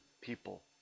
people